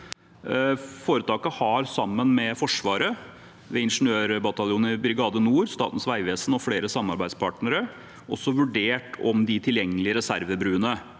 Foretaket har – sammen med Forsvaret ved Ingeniørbataljonen i Brigade Nord, Statens vegvesen og flere samarbeidspartnere – også vurdert om de tilgjengelige reservebruene,